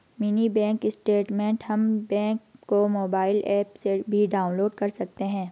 mini bank statement हम bank के mobile app से भी डाउनलोड कर सकते है